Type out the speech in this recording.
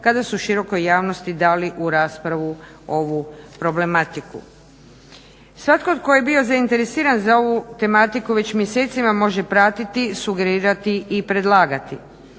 kada su širokoj javnosti dali u raspravu ovu problematiku. Svatko tko je bio zainteresiran za ovu tematiku već mjesecima može pratiti, sugerirati i predlagati.